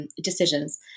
Decisions